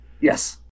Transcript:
Yes